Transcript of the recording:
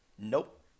Nope